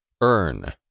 Earn